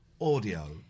Audio